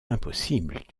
impossible